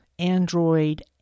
Android